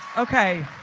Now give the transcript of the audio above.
okay.